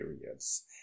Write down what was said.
periods